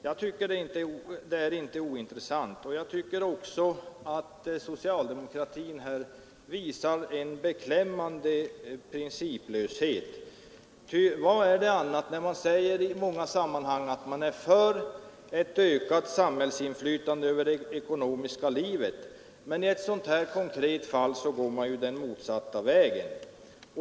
Jag tycker också att socialdemokratin här visar en beklämmande principlöshet. Ty vad är det annat när man säger i många sammanhang att man är för ett ökat samhällsinflytande över det ekonomiska livet men i ett sådant här konkret fall går den motsatta vägen?